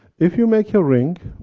if you make your ring,